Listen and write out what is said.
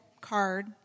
card